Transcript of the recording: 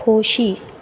खोशी